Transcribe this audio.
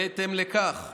בהתאם לכך,